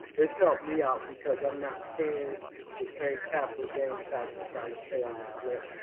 it's helped me out because i'm not paying the same capital gains taxes i would pay on the flip.